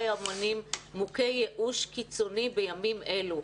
האומנים מוכי ייאוש קיצוני בימים אלו.